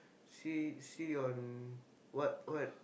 see see on what what